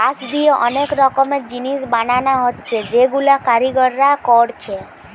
বাঁশ দিয়ে অনেক রকমের জিনিস বানানা হচ্ছে যেগুলা কারিগররা কোরছে